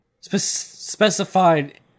specified